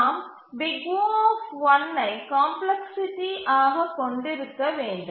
நாம் O ஐ complexity ஆக கொண்டிருக்க வேண்டும்